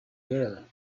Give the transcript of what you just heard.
there